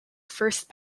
first